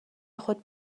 خود